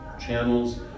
channels